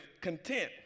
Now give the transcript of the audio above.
content